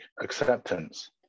acceptance